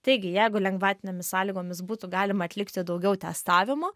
taigi jeigu lengvatinėmis sąlygomis būtų galima atlikti daugiau testavimo